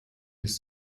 des